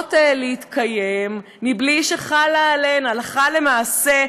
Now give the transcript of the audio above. ממשיכות להתקיים, בלי שחלה עליהן, הלכה למעשה,